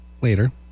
later